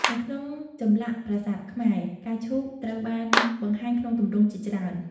នៅក្នុងចម្លាក់ប្រាសាទខ្មែរ ផ្កាឈូកត្រូវបានបង្ហាញក្នុងទម្រង់ជាច្រើន។